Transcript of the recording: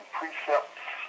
precepts